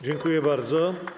Dziękuję bardzo.